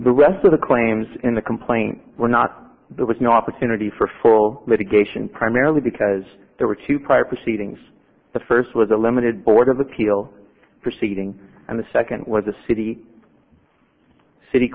the rest of the claims in the complaint were not there was no opportunity for full mitigation primarily because there were two prior proceedings the first was a limited board of appeal proceeding and the second was a city city